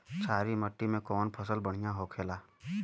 क्षारीय मिट्टी में कौन फसल बढ़ियां हो खेला?